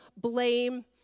blame